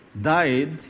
died